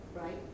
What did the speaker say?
right